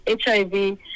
HIV